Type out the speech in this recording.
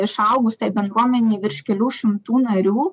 išaugus tai bendruomenei virš kelių šimtų narių